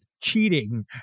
cheating